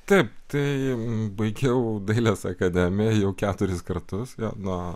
taip tai baigiau dailės akademiją jau keturis kartus na